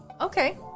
okay